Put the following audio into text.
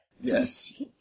Yes